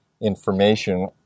information